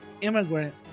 immigrant